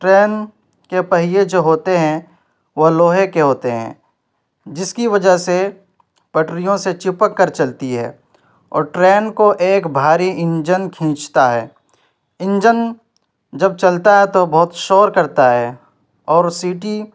train کے پہیے جو ہوتے ہیں وہ لوہے کے ہوتے ہیں جس کی وجہ سے پٹریوں سے چپک کر چلتی ہے اور ٹرین کو ایک بھاری انجن کھینچتا ہے انجن جب چلتا ہے تو بہت شور کرتا ہے اور سیٹی